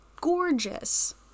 gorgeous